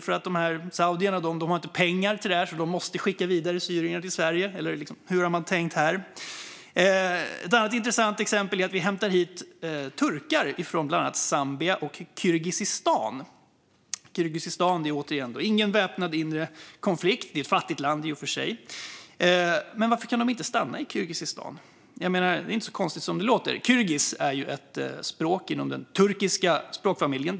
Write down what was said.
Är det för att saudierna inte har pengar till detta och därför måste skicka syrier vidare till Sverige, eller hur har man tänkt här? Ett annat intressant exempel är att vi hämtar hit turkar från bland annat Zambia och Kirgizistan. Återigen: Där finns ingen inre väpnad konflikt, även om det i och för sig är ett fattigt land. Varför kan de inte stanna i Kirgizistan? Det inte så konstigt som det låter. Kirgiziska är ett språk inom den turkiska språkfamiljen.